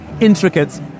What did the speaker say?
intricate